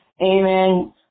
Amen